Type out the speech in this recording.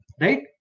right